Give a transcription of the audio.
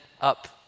up